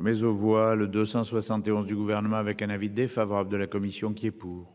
Mais on voit le 271 du gouvernement avec un avis défavorable de la commission qui est. Pour.